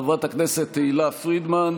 חברת הכנסת תהלה פרידמן,